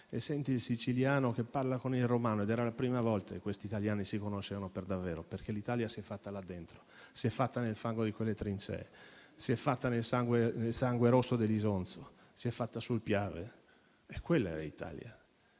il siciliano parlare con il romano ed era la prima volta che questi italiani si conoscevano per davvero, perché l'Italia si è fatta là dentro, si è fatta nel fango di quelle trincee, si è fatta nel sangue rosso dell'Isonzo, si è fatta sul Piave. L'Italia